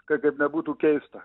kaip bebūtų keista